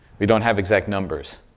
we don't have exact numbers,